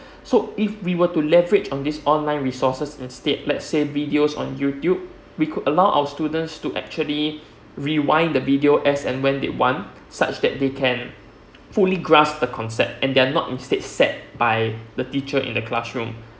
so if we were to leverage on this online resources instead let say videos on youtube we could allow our students to actually rewind the video as and when they want such that they can fully grasp the concept and they are not instead set by the teacher in the classroom